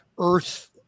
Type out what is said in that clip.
earth